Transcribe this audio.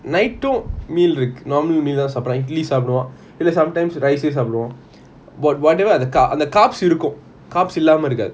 night meal இருக்கும்:irukum normal meal தான் சாப்பிடுறேன் இட்லி சாப்பிடுவான் இல்ல:thaan sapduran idly sapduvan illa sometimes rice eh சாப்பிடுவான்:sapduvan [what] whatever are the carbs the carbs இருக்கும்:irukum carbs இல்லாம இருக்காது:illama irukaathu